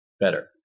better